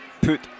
put